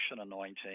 anointing